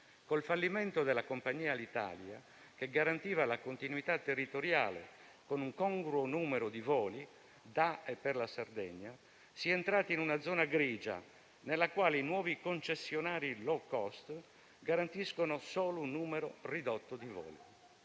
Col fallimento della compagnia Alitalia, che garantiva la continuità territoriale con un congruo numero di voli da e per la Sardegna, si è entrati in una zona grigia, nella quale i nuovi concessionari *low cost* garantiscono solo un numero ridotto di voli.